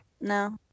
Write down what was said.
no